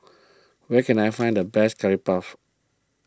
where can I find the best Curry Puff